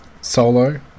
solo